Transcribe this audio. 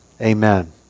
Amen